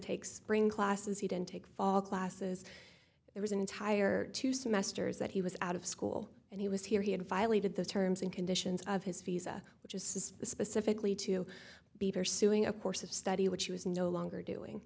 take spring classes he didn't take fall classes it was an entire two semesters that he was out of school and he was here he had violated the terms and conditions of his visa which is specifically to be pursuing a course of study which he was no longer doing